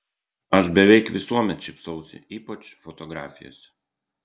aš beveik visuomet šypsausi ypač fotografijose